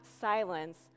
silence